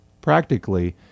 Practically